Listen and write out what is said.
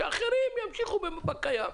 שאחרים ימשיכו בקיים.